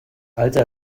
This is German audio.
alter